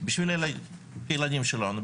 בשביל הילדים שלנו,